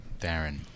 Darren